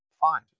Fine